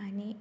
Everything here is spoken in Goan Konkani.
आनी